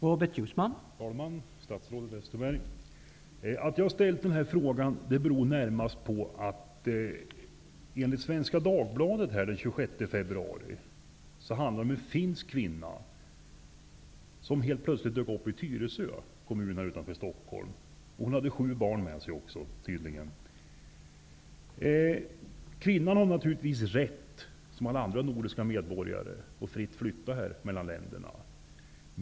Herr talman! Statsrådet Westerberg! Att jag har ställt den här frågan beror närmast på en artikel i Svenska Dagbladet den 26 februari. Där skriver man om en finsk kvinna, som helt plötsligt dök upp i Tyresö kommun utanför Stockholm. Hon hade tydligen också sju barn med sig. Kvinnan har naturligtvis, som alla andra nordiska medborgare, rätt att flytta fritt mellan länderna.